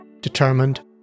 determined